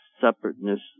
separateness